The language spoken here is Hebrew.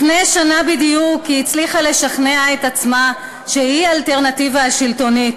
לפני שנה בדיוק היא הצליחה לשכנע את עצמה שהיא האלטרנטיבה השלטונית.